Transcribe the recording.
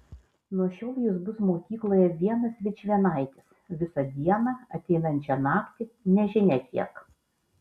nuo šiol jis bus mokykloje vienas vičvienaitis visą dieną ateinančią naktį nežinia kiek